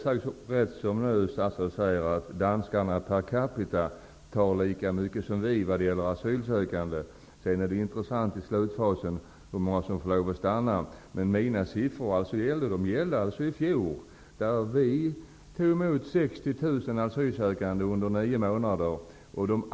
Statsrådet sade att danskarna per capita tar emot lika många asylsökande som vi. Sedan är det i slutfasen intressant hur många som får stanna. Men mina siffror gällde fjolåret. Då tog vi emot 60 000 asylsökande under nio månader.